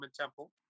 temple